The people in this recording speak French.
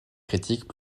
critiques